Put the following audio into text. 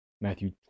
Matthew